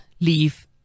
leave